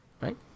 right